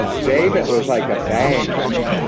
and dave, it was like a bang. i mean,